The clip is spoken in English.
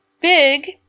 big